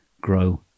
grow